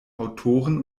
autoren